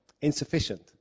insufficient